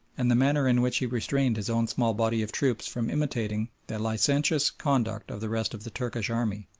and the manner in which he restrained his own small body of troops from imitating the licentious conduct of the rest of the turkish army.